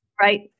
Right